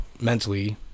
mentally